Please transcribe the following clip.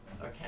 Okay